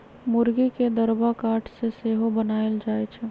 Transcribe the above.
मूर्गी के दरबा काठ से सेहो बनाएल जाए छै